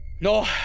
No